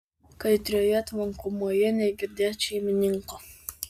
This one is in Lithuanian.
kaitrioje tvankumoje negirdėt šeimininko